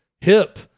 hip